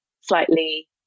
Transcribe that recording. slightly